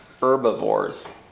herbivores